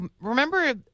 remember